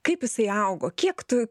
kaip jisai augo kiek tu